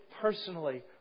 personally